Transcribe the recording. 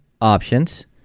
options